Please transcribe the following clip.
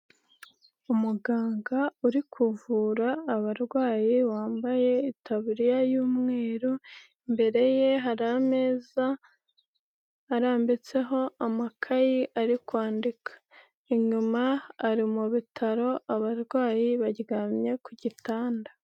Umuganga uri kuvura abarwayi wambaye itaburiya y'umweru, imbere ye hari ameza arambitseho amakayi ari kwandika, inyuma ari mu bitaro abarwayi baryamye ku gitanda.